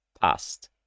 past